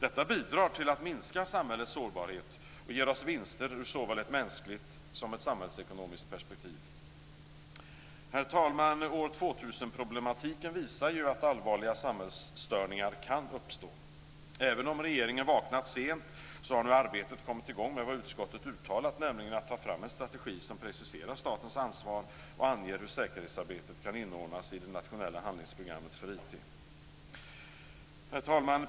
Detta bidrar till att minska samhällets sårbarhet och ger oss vinster ur såväl ett mänskligt som ett samhällsekonomiskt perspektiv. Herr talman! År 2000-problematiken visar att allvarliga samhällsstörningar kan uppstå. Även om regeringen vaknat sent så har nu arbetet kommit i gång med vad utskottet uttalat, nämligen att ta fram en strategi som preciserar statens ansvar och anger hur säkerhetsarbetet kan inordnas i det nationella handlingsprogrammet för IT. Herr talman!